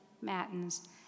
matins